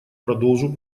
продолжу